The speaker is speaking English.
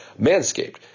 Manscaped